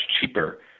cheaper